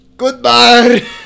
Goodbye